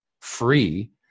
free